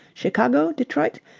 chicago, detroit,